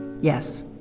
Yes